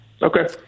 Okay